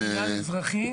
מבחינת המינהל האזרחי,